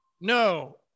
No